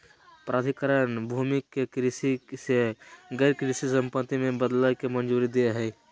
प्राधिकरण भूमि के कृषि से गैर कृषि संपत्ति में बदलय के मंजूरी दे हइ